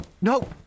No